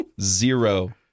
zero